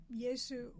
Yesu